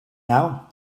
now